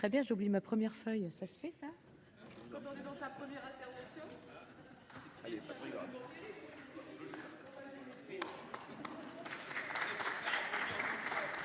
très bien, j'oublie ma première feuille, ça se fait ça ?